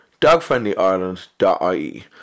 DogfriendlyIreland.ie